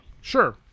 Sure